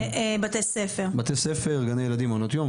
בתי ספר, גני ילדים, מעונות יום.